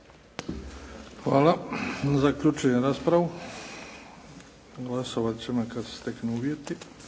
Hvala. Zaključujem raspravu. Glasovat ćemo kad se steknu uvjeti.